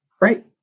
Right